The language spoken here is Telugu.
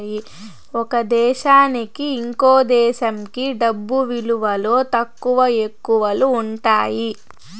ఒక దేశానికి ఇంకో దేశంకి డబ్బు విలువలో తక్కువ, ఎక్కువలు ఉంటాయి